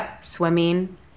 swimming